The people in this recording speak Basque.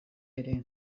ere